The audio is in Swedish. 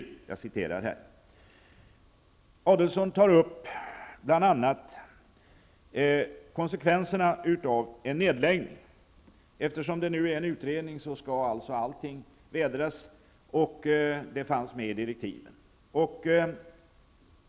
Ulf Adelsohn tar bl.a. upp konsekvenserna av en nedläggning, av Vänersjöfarten.